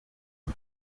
ubu